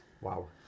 Wow